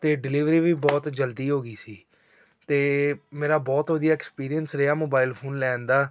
ਅਤੇ ਡਿਲੀਵਰੀ ਵੀ ਬਹੁਤ ਜਲਦੀ ਹੋ ਗਈ ਸੀ ਅਤੇ ਮੇਰਾ ਬਹੁਤ ਵਧੀਆ ਐਕਸਪੀਰੀਅੰਸ ਰਿਹਾ ਮੋਬਾਇਲ ਫੋਨ ਲੈਣ ਦਾ